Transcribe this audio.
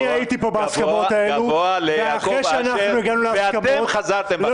אני הייתי פה בהסכמות האלה ----- ואתם חזרתם בכם.